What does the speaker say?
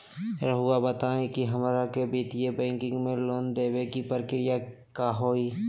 रहुआ बताएं कि हमरा के वित्तीय बैंकिंग में लोन दे बे के प्रक्रिया का होई?